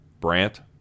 Brant